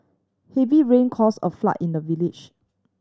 heavy rain caused a flood in the village